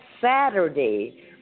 Saturday